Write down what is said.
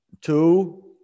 Two